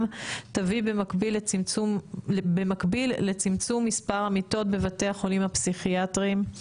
תביא במקביל לצמצום מספר המיטות בבתי החולים הפסיכיאטרים.